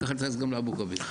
ככה נתייחס גם לאבו כביר.